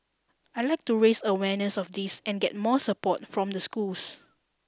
I'd like to raise awareness of this and get more support from the schools